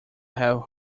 have